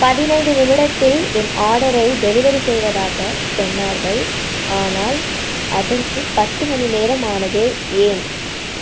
பதினைந்து நிமிடத்தில் என் ஆர்டரை டெலிவரி செய்வதாகச் சொன்னார்கள் ஆனால் அதற்கு பத்து மணிநேரம் ஆனதே ஏன்